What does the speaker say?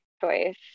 choice